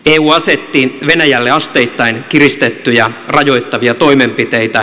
eu asetti venäjälle asteittain kiristettyjä rajoittavia toimenpiteitä